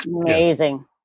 amazing